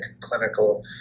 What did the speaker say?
clinical